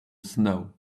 snow